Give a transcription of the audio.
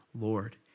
Lord